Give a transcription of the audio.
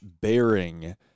bearing